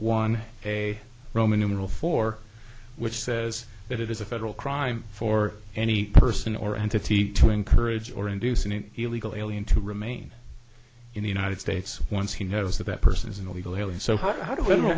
one a roman numeral four which says that it is a federal crime for any person or entity to encourage or induce an illegal alien to remain in the united states once he knows that that person